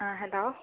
അ hello